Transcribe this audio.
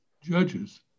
judges